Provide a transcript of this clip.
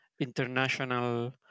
International